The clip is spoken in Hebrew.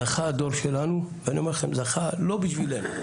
זכה הדור שלנו, ואני אומר לכם זכה לא בשבילינו.